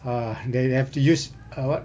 uh then they have to use err what